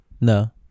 No